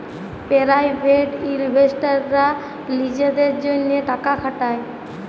private ইলভেস্টাররা লিজেদের জ্যনহে টাকা খাটায়